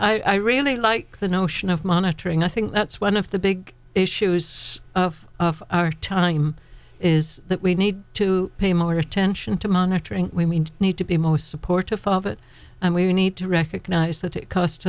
i'm i really like the notion of monitoring i think that's one of the big issues of our time is that we need to pay more attention to monitoring we need to be most supportive of it and we need to recognise that it costs